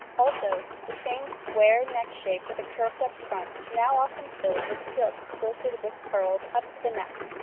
also the same square neck shape with curved-up front, now often filled with silk quilted with pearls up to the neck.